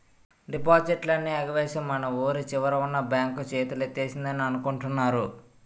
డిపాజిట్లన్నీ ఎగవేసి మన వూరి చివరన ఉన్న బాంక్ చేతులెత్తేసిందని అనుకుంటున్నారు